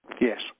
Yes